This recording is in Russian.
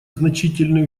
значительные